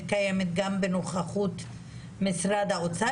מתקיימת גם בנוכחות משרד האוצר?